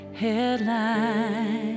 headline